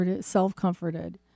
self-comforted